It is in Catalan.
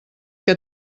que